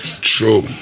True